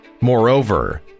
Moreover